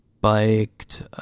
biked